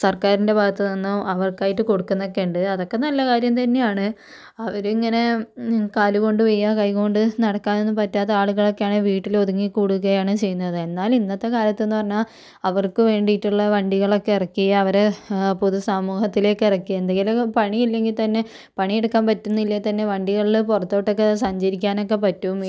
സർക്കാരിൻ്റെ ഭാഗത്തു നിന്നും അവർക്കായിട്ട് കൊടുക്കുകയെന്നൊക്കെ ഉണ്ട് അതൊക്കെ നല്ല കാര്യം തന്നെയാണ് അവരിങ്ങനെ കാലുകൊണ്ട് വയ്യാ കൈകൊണ്ട് നടക്കാനൊന്നും പറ്റാത്ത ആളുകളൊക്കെയാണേ വീട്ടിൽ ഒതുങ്ങി കൂടുകയാണ് ചെയ്യുന്നത് എന്നാൽ ഇന്നത്തെ കാലത്തെന്ന് പറഞ്ഞാൽ അവർക്ക് വേണ്ടിയിട്ടുള്ള വണ്ടികളൊക്കെ ഇറക്കി അവരെ പൊതു സമൂഹത്തിലേക്കിറക്കി എന്തെങ്കിലും പണി ഇല്ലെങ്കിൽ തന്നെ പണിയെടുക്കാൻ പറ്റുന്നില്ലേ തന്നെ വണ്ടികളിൽ പുറത്തോട്ടൊക്കെ സഞ്ചരിക്കാനൊക്കെ പറ്റും